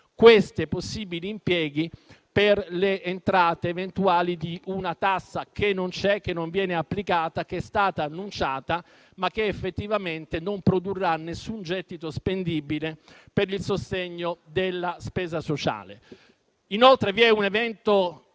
questi possibili impieghi per le entrate eventuali di una tassa che non c'è, che non viene applicata, che è stata annunciata, ma che effettivamente non produrrà nessun gettito spendibile per il sostegno della spesa sociale. Inoltre, vi è un evento